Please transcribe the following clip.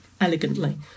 elegantly